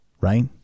right